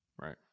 right